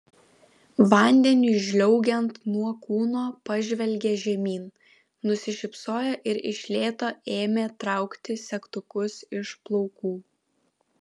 vandeniui žliaugiant nuo kūno pažvelgė žemyn nusišypsojo ir iš lėto ėmė traukti segtukus iš plaukų